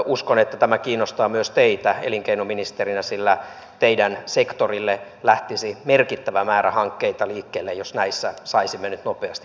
uskon että tämä kiinnostaa myös teitä elinkeinoministerinä sillä teidän sektorillanne lähtisi merkittävä määrä hankkeita liikkeelle jos näissä saisimme nyt nopeasti päätöksiä aikaan